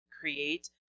create